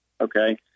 Okay